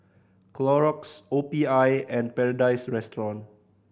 Clorox O P I and Paradise Restaurant